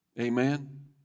amen